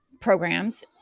programs